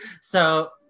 So-